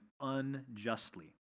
unjustly